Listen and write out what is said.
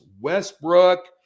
Westbrook